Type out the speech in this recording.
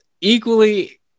Equally